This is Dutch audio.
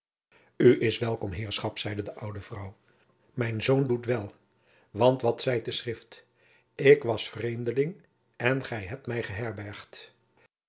is welkom heerschop zeide de oude vrouw men zeun doet wel want wat zeit de schrift ik was vreemdeling en ghij hebt mij